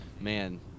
man